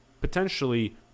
potentially